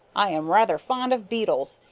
i am rather fond of beetles,